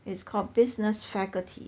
it's called business faculty